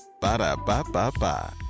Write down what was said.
Ba-da-ba-ba-ba